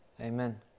Amen